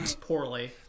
poorly